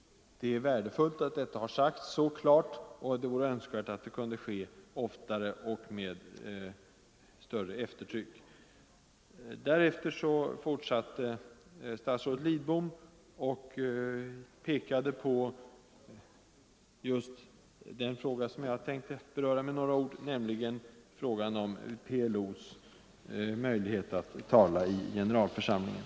Det är värdefullt att detta har sagts så klart, och det vore önskvärt om det kunde ske oftare och med större eftertryck. Därefter fortsatte statsrådet Lidbom och pekade på just den fråga som jag tänkt beröra med några ord, nämligen frågan om PLO:s möjlighet att tala i generalförsamlingen.